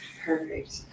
Perfect